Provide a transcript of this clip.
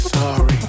Sorry